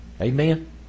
Amen